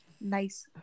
nice